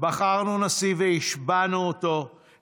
בחרנו נשיא והשבענו אותו,